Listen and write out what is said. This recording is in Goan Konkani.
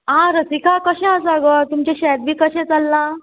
आं रसिका कशें आसा गो तुमचें शेत बी कशें चल्लां